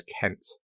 Kent